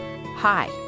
Hi